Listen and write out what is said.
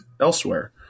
elsewhere